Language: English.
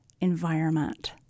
environment